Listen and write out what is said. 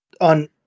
on